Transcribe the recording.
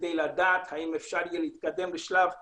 כדי לדעת האם אפשר להתקדם לשלב הבא,